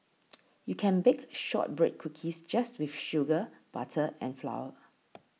you can bake Shortbread Cookies just with sugar butter and flour